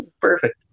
Perfect